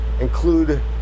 include